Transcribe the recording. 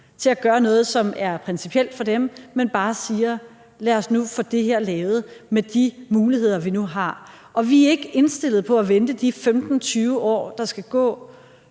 til at gøre noget mod det, der er principielt for dem. Vi siger bare: Lad os nu få det her lavet med de muligheder, vi nu har. Og vi er ikke indstillet på at vente de 15-20 år, der skal gå,